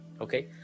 Okay